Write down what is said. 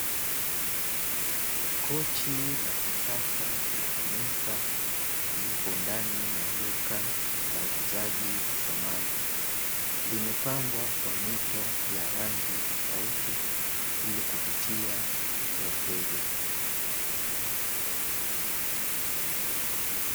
Kochi la kisasa la kunesa lipo ndani ya duka la uuzaji wa samani, limepambwa kwa mito ya rangi tofauti ili kuvutia wateja.